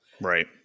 Right